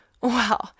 Wow